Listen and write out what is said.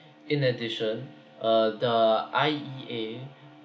in addition uh the I_E_A